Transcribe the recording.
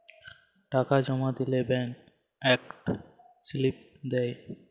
টাকা জমা দিলে ব্যাংক ইকট সিলিপ দেই